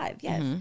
yes